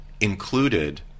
included